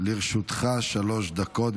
לרשותך שלוש דקות.